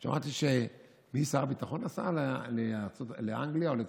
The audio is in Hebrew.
שמעתי גם, מי, שר הביטחון נסע לאנגליה או לצרפת?